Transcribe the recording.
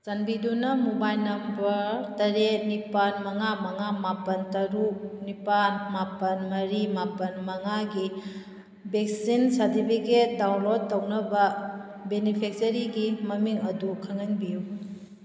ꯆꯥꯟꯕꯤꯗꯨꯅ mobile number ꯇꯔꯦꯠ ꯅꯤꯄꯥꯜ ꯃꯉꯥ ꯃꯉꯥ ꯃꯥꯄꯜ ꯇꯔꯨꯛ ꯅꯤꯄꯥꯜ ꯃꯥꯄꯜ ꯃꯔꯤ ꯃꯥꯄꯜ ꯃꯉꯥꯒꯤ ꯚꯦꯛꯁꯤꯟ ꯁꯥꯔꯗꯤꯐꯤꯒꯦꯠ ꯗꯥꯎꯟꯂꯣꯠ ꯇꯧꯅꯕ ꯕꯦꯅꯤꯐꯦꯀꯆꯔꯤꯒꯤ ꯃꯃꯤꯡ ꯑꯗꯨ ꯈꯪꯍꯟꯕꯤꯌꯨ